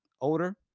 older